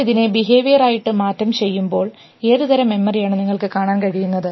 നിങ്ങൾ ഇതിനെ ബിഹേവിയർ ആയിട്ട് മാറ്റം ചെയ്യപ്പെടുമ്പോൾ ഏതുതരം മെമ്മറിയാണ് നിങ്ങൾക്ക് കാണാൻ കഴിയുന്നത്